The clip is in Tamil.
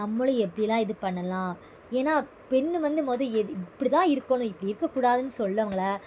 நம்மளும் எப்படில்லாம் இது பண்ணலாம் ஏன்னா பொண்ணு வந்து முத எது இப்படிதான் இருக்கணும் இப்படி இருக்கக்கூடாதுன்னு சொல்லுவங்கள